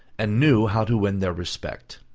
and knew how to win their respect.